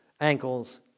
ankles